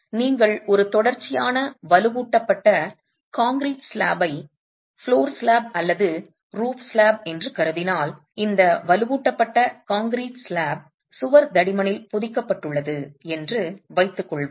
நீங்கள் ஒரு தொடர்ச்சியான வலுவூட்டப்பட்ட கான்கிரீட் ஸ்லாப்பை தரை ஸ்லாப் அல்லது கூரை ஸ்லாப் என்று கருதினால் இந்த வலுவூட்டப்பட்ட கான்கிரீட் ஸ்லாப் சுவர் தடிமனில் பொதிக்கப்பட்டுள்ளது என்று வைத்துக்கொள்வோம்